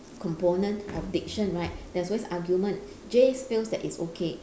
component of diction right there's always argument jay feels that it's okay